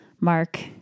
Mark